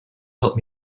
help